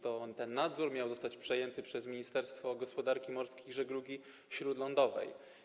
Ten nadzór miał zostać przejęty przez Ministerstwo Gospodarki Morskiej i Żeglugi Śródlądowej.